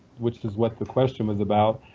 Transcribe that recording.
which is what the question was about,